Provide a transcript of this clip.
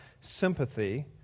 sympathy